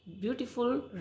beautiful